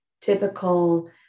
typical